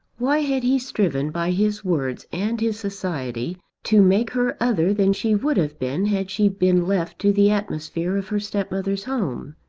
why had he striven by his words and his society to make her other than she would have been had she been left to the atmosphere of her stepmother's home?